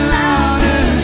louder